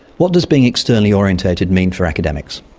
what does being externally orientated mean for academics?